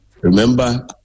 remember